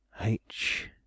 H